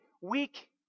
weak